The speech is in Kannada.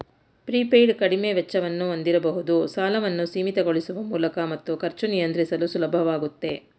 ಪ್ರೀಪೇಯ್ಡ್ ಕಡಿಮೆ ವೆಚ್ಚವನ್ನು ಹೊಂದಿರಬಹುದು ಸಾಲವನ್ನು ಸೀಮಿತಗೊಳಿಸುವ ಮೂಲಕ ಮತ್ತು ಖರ್ಚು ನಿಯಂತ್ರಿಸಲು ಸುಲಭವಾಗುತ್ತೆ